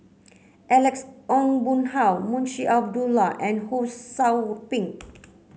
Alex Ong Boon Hau Munshi Abdullah and Ho Sou Ping